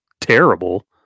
terrible